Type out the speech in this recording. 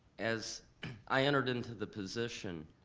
as i entered into the position,